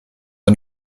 are